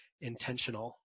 intentional